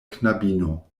knabino